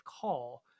call